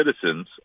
citizens